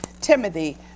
Timothy